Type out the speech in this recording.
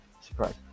surprise